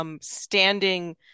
standing